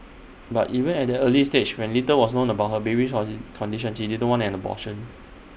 but even at that early stage when little was known about her baby's condition she did not want an abortion